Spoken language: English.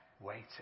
waiting